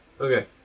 Okay